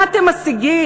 מה אתם משיגים?